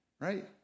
right